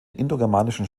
indogermanischen